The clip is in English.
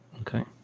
Okay